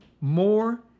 more